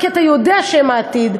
כי אתה יודע שהם העתיד,